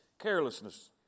carelessness